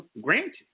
granted